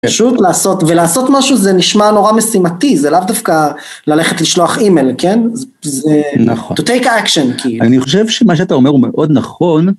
פשוט לעשות, ולעשות משהו זה נשמע נורא משימתי, זה לאו דווקא ללכת לשלוח אימייל, כן? זה, to take action, כאילו. אני חושב שמה שאתה אומר הוא מאוד נכון.